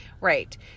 right